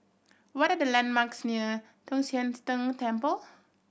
what are the landmarks near Tong Sian Tng Temple